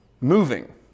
moving